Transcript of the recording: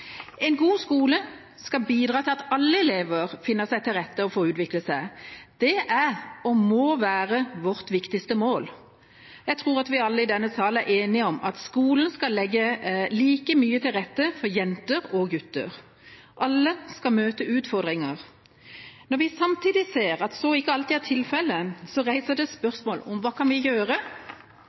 En god skole skal bidra til at alle elever finner seg rette og får utvikle seg. Det er og må være vårt viktigste mål. Jeg tror vi alle i denne sal er enige om at skolen skal legge like mye til rette for jenter som for gutter. Alle skal møte utfordringer. Når vi samtidig ser at så ikke alltid er tilfellet, reiser det spørsmålet om hva kan vi gjøre.